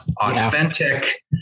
authentic